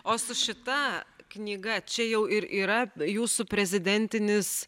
o su šita knyga čia jau ir yra jūsų prezidentinis